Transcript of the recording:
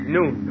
Noon